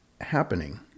happening